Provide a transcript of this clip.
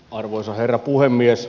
arvoisa herra puhemies